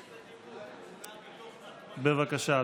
בבקשה,